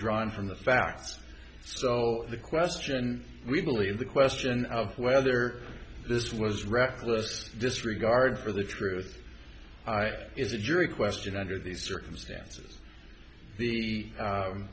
drawn from the facts so the question we believe the question of whether this was reckless disregard for the truth is a jury question and are these circumstances the